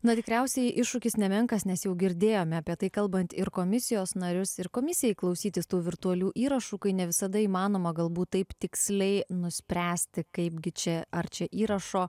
na tikriausiai iššūkis nemenkas nes jau girdėjome apie tai kalbant ir komisijos narius ir komisijai klausytis tų virtualių įrašų kai ne visada įmanoma galbūt taip tiksliai nuspręsti kaipgi čia ar čia įrašo